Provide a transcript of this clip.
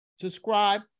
Subscribe